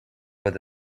with